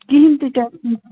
کِہیٖنٛۍ تہِ ٹیٚنشن